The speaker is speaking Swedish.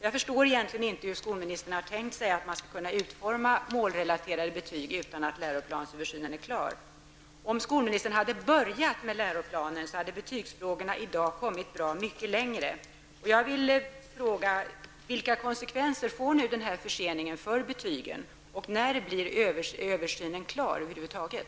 Jag förstår egentligen inte hur skolministern har tänkt sig att man skall kunna utforma målrelaterade betyg utan att läroplansöversynen är klar. Om skolministern hade börjat med läroplanen, hade betygsfrågorna i dag kommit mycket längre. Jag vill fråga vilka konsekvenser förseningen kommer att få för betygen. När blir översynen klar över huvud taget?